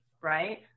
right